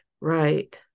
Right